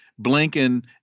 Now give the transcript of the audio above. Blinken